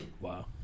Wow